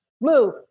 move